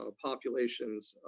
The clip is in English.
ah populations